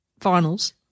finals